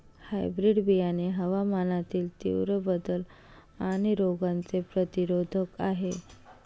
hybrid बियाणे हवामानातील तीव्र बदल आणि रोगांचे प्रतिरोधक आहे